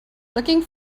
looking